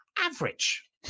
average